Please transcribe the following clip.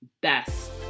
best